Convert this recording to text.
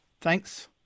Thanks